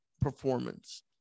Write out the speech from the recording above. performance